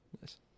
Nice